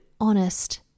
honest